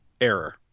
error